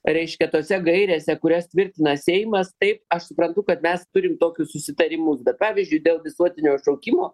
reiškia tose gairėse kurias tvirtina seimas taip aš suprantu kad mes turim tokius susitarimus bet pavyzdžiui dėl visuotinio šaukimo